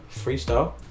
Freestyle